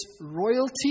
royalty